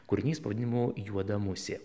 kūrinys pavadinimu juoda musė